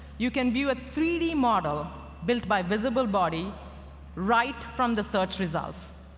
you can view a three d model built by visible body right from the search results.